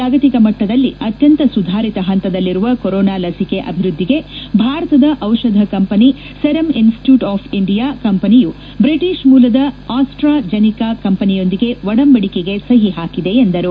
ಜಾಗಕಿ ಮಟ್ಲದಲ್ಲಿ ಅತ್ನಂತ ಸುಧಾರಿತ ಪಂತದಲ್ಲಿರುವ ಕೊರೋನಾ ಲಸಿಕೆ ಅಭಿವ್ದದ್ಲಿಗೆ ಭಾರತದ ಔಷಧ company serum institute of India ಕಂಪನಿಯು ಜ್ರಿಟಷ್ ಮೂಲದ ಆಸ್ವಾ ಜೆನಿಕಾ ಕಂಪನಿಯೊಂದಿಗೆ ಒಡಂಬಡಿಕೆಗೆ ಸಓ ಪಾಕಿದೆ ಎಂದರು